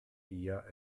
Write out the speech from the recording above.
eher